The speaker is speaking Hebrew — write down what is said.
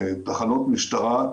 תחנות משטרה.